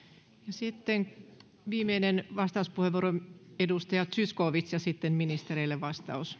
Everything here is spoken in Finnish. sitten viimeinen vastauspuheenvuoro edustaja zyskowicz ja sitten ministereille vastaus